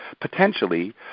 potentially